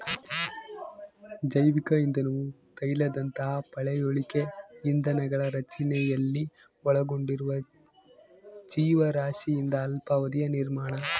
ಜೈವಿಕ ಇಂಧನವು ತೈಲದಂತಹ ಪಳೆಯುಳಿಕೆ ಇಂಧನಗಳ ರಚನೆಯಲ್ಲಿ ಒಳಗೊಂಡಿರುವ ಜೀವರಾಶಿಯಿಂದ ಅಲ್ಪಾವಧಿಯ ನಿರ್ಮಾಣ